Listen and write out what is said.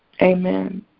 Amen